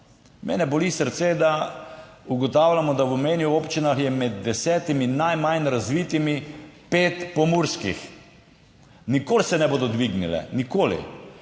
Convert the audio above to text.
Mene boli srce, ko ugotavljamo, da v obmejnih občinah je med desetimi najmanj razvitimi pet pomurskih; nikoli se ne bodo dvignile, nikoli.